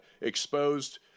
exposed